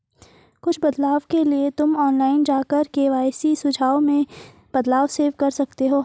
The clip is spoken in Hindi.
कुछ बदलाव के लिए तुम ऑनलाइन जाकर के.वाई.सी सुझाव में बदलाव सेव कर सकते हो